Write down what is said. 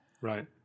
Right